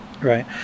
right